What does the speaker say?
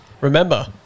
Remember